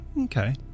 Okay